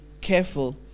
careful